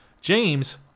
James